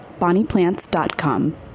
BonniePlants.com